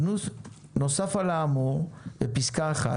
נוסף על האמור בפסקה (1),